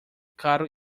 carro